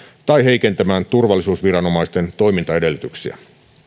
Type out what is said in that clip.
tai heikentämään turvallisuusviranomaisten toimintaedellytyksiä